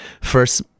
first